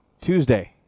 Tuesday